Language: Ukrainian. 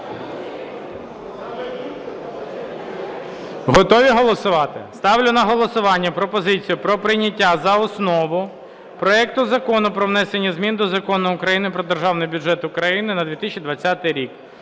Готові голосувати? Ставлю на голосування пропозицію про прийняття за основу проект Закону про внесення змін до Закону України "Про Державний бюджет України на 2020 рік"